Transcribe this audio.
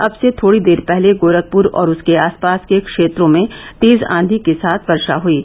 अब से थोड़ी देर पहले गोरखपुर और उसके आस पास के क्षेत्रों में तेज आंधी के साथ वर्षा हयी